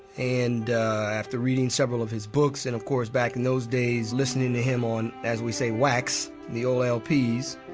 and after reading several of his books, and of course back in those days listening to him on, as we say, wax, the old lps,